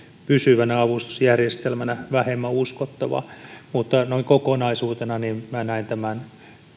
pysyvänä avustusjärjestelmänä vähemmän uskottava mutta noin kokonaisuutena minä näen tämän